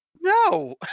no